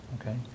Okay